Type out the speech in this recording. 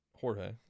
Jorge